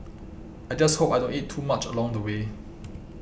I just hope I don't eat too much along the way